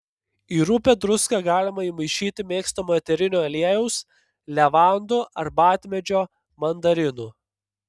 į rupią druską galima įmaišyti mėgstamo eterinio aliejaus levandų arbatmedžio mandarinų